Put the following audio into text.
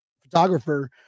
photographer